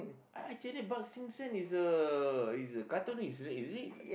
actually Bart-Simpson is a is a cartoonist is it